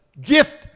gift